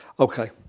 Okay